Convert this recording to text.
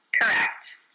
Correct